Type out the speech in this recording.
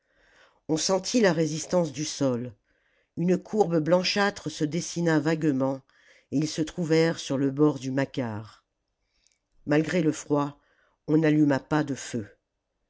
on sentit la résistance du sol une courbe blanchâtre se dessina vaguement et ils se trouvèrent sur le bord du macar malgré le froid on n'alluma pas de feux